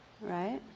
right